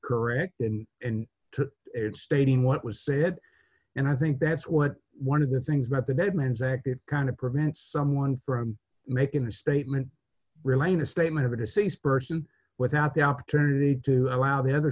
correct in stating what was said and i think that's what one of the things about the dead man's active kind of prevent someone from making a statement remain a statement of a deceased person without the opportunity to allow the other